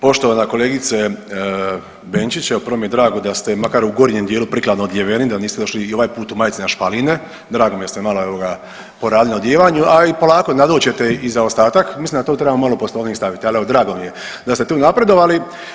Poštovana kolegice Benčić, evo prvo mi je drago da ste makar u gornjem dijelu prikladno odjeveni da niste došli i ovaj put u majci na špaline, drago mi je da ste malo evo ga poradili na odijevanju, ali i polako nadoći ćete i za ostatak, mislim da to treba malo u Poslovnik staviti, ali evo drago mi je da ste tu napredovali.